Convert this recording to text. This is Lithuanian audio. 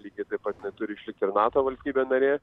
lygiai taip pat jinai turi išlikt ir nato valstybė narė